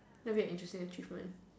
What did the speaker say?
that'll be a interesting achievement